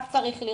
רק צריך לרצות.